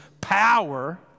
power